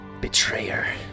Betrayer